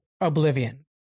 Oblivion